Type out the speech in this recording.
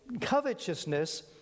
Covetousness